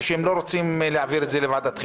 שהם לא רוצים להעביר את זה לוועדת חינוך.